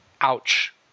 Ouch